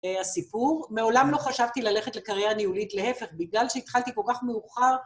הסיפור. מעולם לא חשבתי ללכת לקרייה ניהולית, להפך, בגלל שהתחלתי כל כך מאוחר.